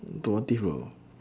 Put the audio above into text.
automotive bro